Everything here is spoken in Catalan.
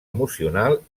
emocional